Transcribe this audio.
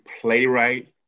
playwright